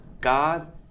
God